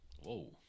whoa